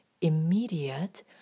immediate